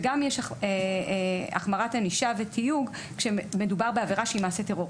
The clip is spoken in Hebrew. וגם יש החמרת ענישה ותיוג כשמדובר בעבירה שהיא מעשה טרור.